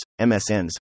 MSNs